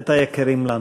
את היקרים לנו.